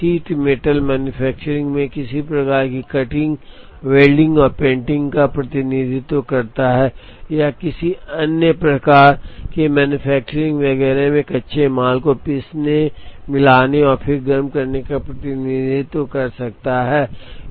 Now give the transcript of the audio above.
यह sheet metal manufacturing में किसी प्रकार की कटिंग वेल्डिंग और पेंटिंग का प्रतिनिधित्व कर सकता है या यह किसी अन्य प्रकार की मैन्युफैक्चरिंग वगैरह में कच्चे माल को पीसने मिलाने और फिर गर्म करने का प्रतिनिधित्व कर सकता है